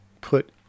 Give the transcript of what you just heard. put